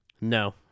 No